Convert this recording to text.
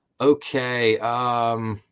okay